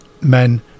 men